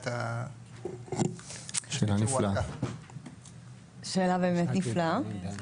שאלה באמת נפלאה.